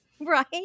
Right